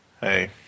Hey